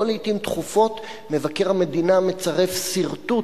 לא לעתים תכופות מבקר המדינה מצרף סרטוט